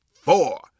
four